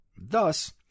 Thus